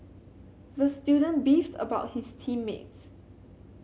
the student beefed about his team mates